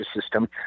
system